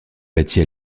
bâtie